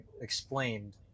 Explained